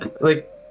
Like-